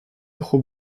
trop